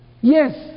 Yes